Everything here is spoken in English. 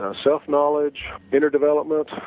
ah self knowledge, inner development,